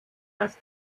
das